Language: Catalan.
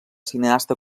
cineasta